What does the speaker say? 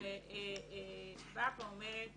שבאה ואומרת